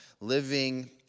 living